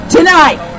Tonight